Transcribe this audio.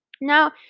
Now